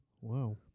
Wow